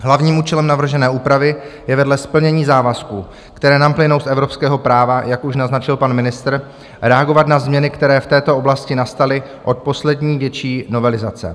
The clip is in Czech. Hlavním účelem navržené úpravy je vedle splnění závazků, které nám plynou z evropského práva, jak už naznačil pan ministr, reagovat na změny, které v této oblasti nastaly od poslední větší novelizace.